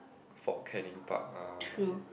Fort Canning park ah